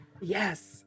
yes